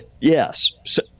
yes